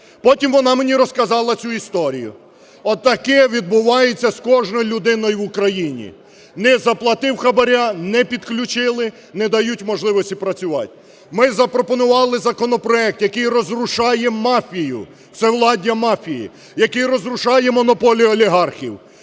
Потім вона мені розказала цю історію. Отаке відбувається з кожною людиною в Україні: не заплатив хабара – не підключили, не дають можливості працювати. Ми запропонували законопроект, який розрушає мафію, всевладдя мафії, який розрушає монополію олігархів.